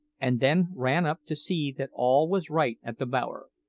and then ran up to see that all was right at the bower.